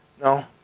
No